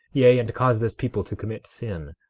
yea, and cause this people to commit sin,